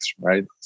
right